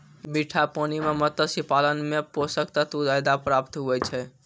मीठा पानी मे मत्स्य पालन मे पोषक तत्व ज्यादा प्राप्त हुवै छै